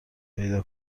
پیدا